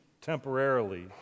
temporarily